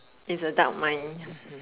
it's a dark mind